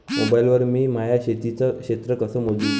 Mobile वर मी माया शेतीचं क्षेत्र कस मोजू?